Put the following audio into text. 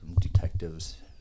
detectives